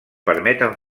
permeten